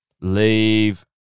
leave